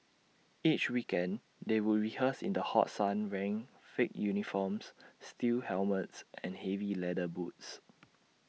each weekend they would rehearse in the hot sun wearing thick uniforms steel helmets and heavy leather boots